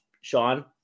Sean